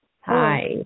Hi